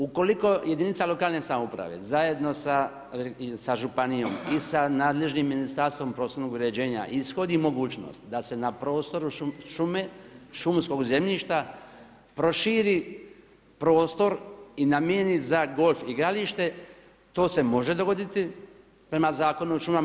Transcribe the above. Ukoliko jedinica lokalne samouprave zajedno sa županijom i sa nadležnim ministarstvom prostornom uređenja ishodi mogućnost, da se na prostoru šume, šumskog zemljišta, proširi prostor i namjeni za golf igralište, to se može dogoditi prema Zakon o šumama.